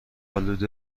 آلود